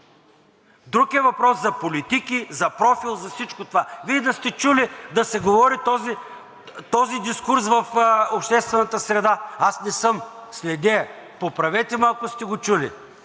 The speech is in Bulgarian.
Друг е въпросът за политики, за профил, за всичко това. Вие да сте чули да се говори този дискурс в обществената среда? Аз не съм, следя я. Поправете ме, ако сте го чули.